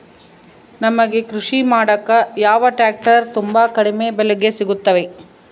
ನಮಗೆ ಕೃಷಿ ಮಾಡಾಕ ಯಾವ ಟ್ರ್ಯಾಕ್ಟರ್ ತುಂಬಾ ಕಡಿಮೆ ಬೆಲೆಗೆ ಸಿಗುತ್ತವೆ?